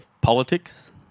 politics